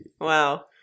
Wow